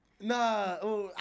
Nah